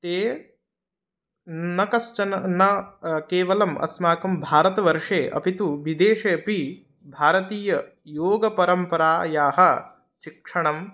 ते न कश्चन न केवलम् अस्माकं भारतवर्षे अपि तु विदेशे अपि भारतीययोगपरम्परायाः शिक्षणं